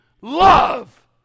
love